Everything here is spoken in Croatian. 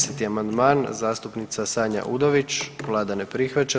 10. amandman zastupnica Sanja Udović, Vlada ne prihvaća.